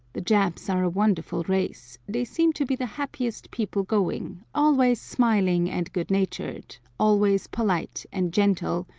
the japs are a wonderful race they seem to be the happiest people going, always smiling and good-natured, always polite and gentle,